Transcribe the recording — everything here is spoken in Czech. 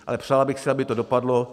Ale přál bych si, aby to dopadlo.